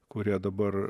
kurie dabar